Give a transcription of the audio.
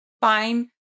fine